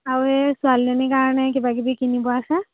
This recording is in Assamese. আৰু এই ছোৱালীজনীৰ কাৰণে কিবা কিবি কিনিব আছে